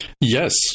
yes